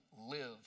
live